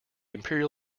imperial